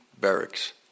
barracks